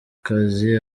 kazi